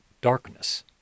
darkness